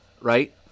right